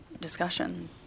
discussion